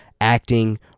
Acting